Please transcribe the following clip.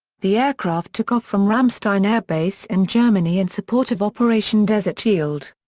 the aircraft took off from ramstein air base in germany in support of operation desert shield.